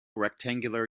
rectangular